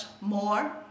more